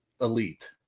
elite